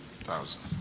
Thousand